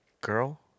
girl